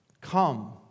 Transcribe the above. come